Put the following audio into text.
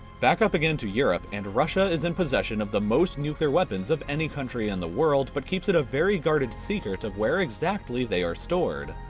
back up again to europe, and russia is in possession of the most nuclear weapons of any country in the world, but keeps it a very guarded secret of where exactly they are stored.